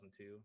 2002